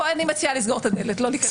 כאן אני מציעה לסגור את הדלת ולא לפתוח אותה.